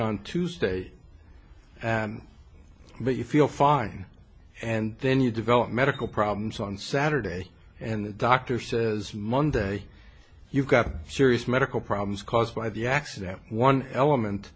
on tuesday but you feel fine and then you develop medical problems on saturday and the doctor says monday you've got a serious medical problems caused by the accident one element